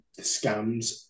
scams